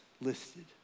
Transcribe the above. listed